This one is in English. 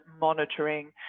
monitoring